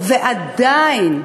ועדיין,